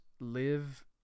live